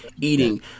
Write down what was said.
eating